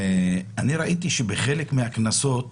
ראיתי שחלק מהקנסות